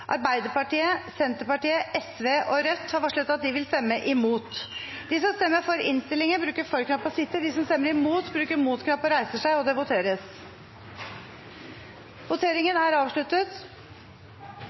Arbeiderpartiet, Senterpartiet, Sosialistisk Venstreparti, Miljøpartiet De Grønne og Rødt har varslet at de vil stemme imot. Arbeiderpartiet, Sosialistisk Venstreparti, Miljøpartiet De Grønne og Rødt har varslet at de vil stemme imot. Det voteres